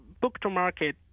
book-to-market